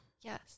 Yes